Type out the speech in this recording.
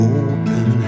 open